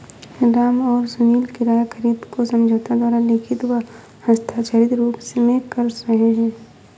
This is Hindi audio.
राम और सुनील किराया खरीद को समझौते द्वारा लिखित व हस्ताक्षरित रूप में कर रहे हैं